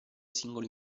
singoli